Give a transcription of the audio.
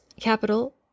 Capital